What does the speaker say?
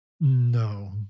No